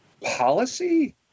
Policy